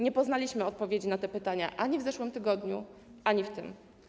Nie poznaliśmy odpowiedzi na te pytania ani w zeszłym tygodniu, ani w tym.